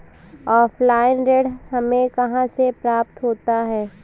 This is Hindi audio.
ऑफलाइन ऋण हमें कहां से प्राप्त होता है?